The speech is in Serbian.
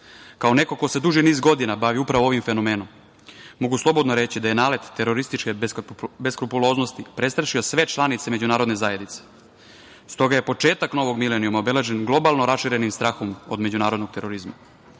neko ko se duži niz godina bavi upravo ovim fenomenom, mogu slobodno reći da je nalet terorističke beskrupuloznosti prestrašio sve članice međunarodne zajednice. Stoga je početak novog milenijuma obeležen globalno raširenim strahom od međunarodnog terorizma.